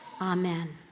Amen